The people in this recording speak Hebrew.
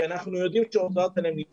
כי אנחנו יודעים שההוצאות האלה נדחות,